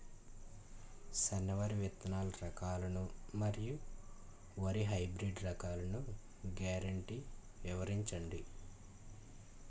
సన్న వరి విత్తనాలు రకాలను మరియు వరి హైబ్రిడ్ రకాలను గ్యారంటీ వివరించండి?